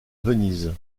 venise